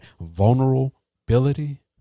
vulnerability